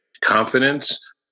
confidence